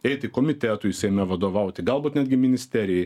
eiti komitetui seime vadovauti galbūt netgi ministerijai